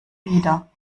wieder